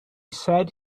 said